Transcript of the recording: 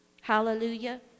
Hallelujah